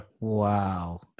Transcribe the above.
Wow